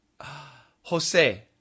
Jose